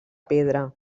pedra